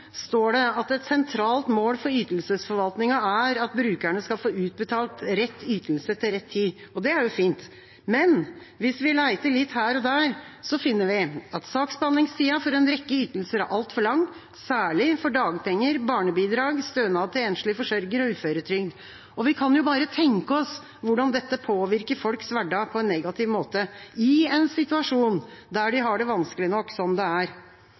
står det at et sentralt mål for ytelsesforvaltningen er at brukerne skal få utbetalt rett ytelse til rett tid. Og det er jo fint. Men hvis vi leter litt her og der, finner vi at saksbehandlingstida for en rekke ytelser er altfor lang, særlig for dagpenger, barnebidrag, stønad til enslig forsørger og uføretrygd. Vi kan jo bare tenke oss hvordan dette påvirker folks hverdag på en negativ måte, i en situasjon der de har det vanskelig nok som det er.